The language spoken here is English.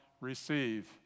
receive